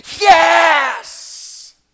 yes